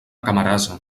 camarasa